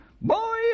boy